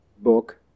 Book